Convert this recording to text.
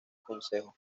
concejo